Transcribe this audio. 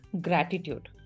gratitude